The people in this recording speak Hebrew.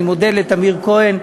אני מודה לטמיר כהן,